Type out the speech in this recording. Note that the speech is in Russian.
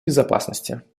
безопасности